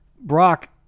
Brock